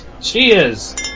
Cheers